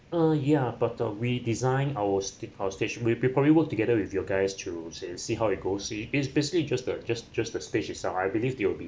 uh yeah but uh we design our sta~ our stage we be probably work together with your guys to see see how it goes it's basically just the just just the stage itself I believe it will be